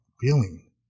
feeling